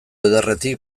ederretik